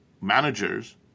managers